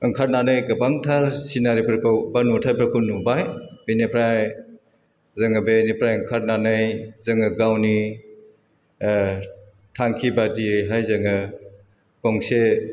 ओंखारनानै गोबांथार सिनारिफोरखौ बा नुथाइफोरखौ नुबाय बेनिफ्राय जोङो बेनिफ्राय ओंखारनानै जोङो गावनि ओह थांखिबायदियैहाय जोङो गंसे